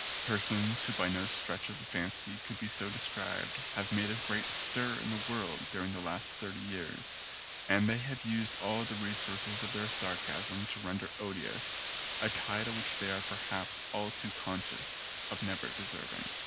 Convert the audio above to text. persons who by no stretch of the fancy could be so described have made a great stir in the world during the last thirty years and they have used all the resources of their sarcasm to render odious a title which they are perhaps all too conscious of never de serving.